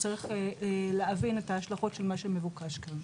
וצריך להבין את ההשלכות של מה שמבוקש כאן.